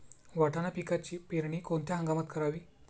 वाटाणा पिकाची पेरणी कोणत्या हंगामात करावी?